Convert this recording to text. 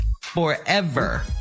forever